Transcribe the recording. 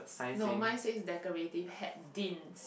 no mine said is decorative Haydin